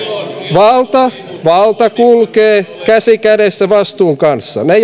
valta valta kulkee käsi kädessä vastuun kanssa ne